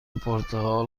پرتقال